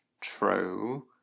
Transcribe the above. true